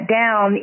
down